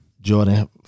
Jordan